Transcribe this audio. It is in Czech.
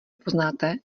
poznáte